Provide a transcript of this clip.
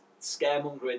scaremongering